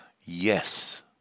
yes